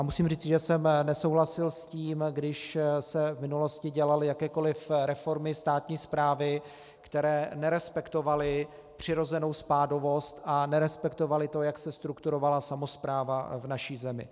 Musím říci, že jsem nesouhlasil s tím, když se v minulosti dělaly jakékoliv reformy státní správy, které nerespektovaly přirozenou spádovost a nerespektovaly to, jak se strukturovala samospráva v naší zemi.